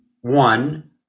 One